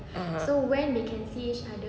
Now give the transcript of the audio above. (uh huh)